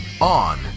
On